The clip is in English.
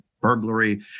burglary